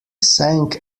sang